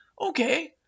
Okay